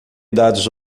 dados